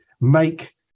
make